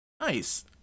nice